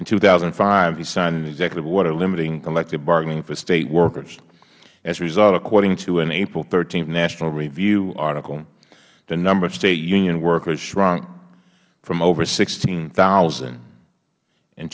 in two thousand and five he signed an executive order limiting collective bargaining for state workers as a result according to an april th national review article the number of state union workers shrunk from over sixteen thousand